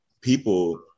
people